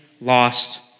lost